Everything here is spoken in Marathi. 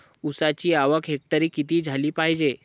ऊसाची आवक हेक्टरी किती झाली पायजे?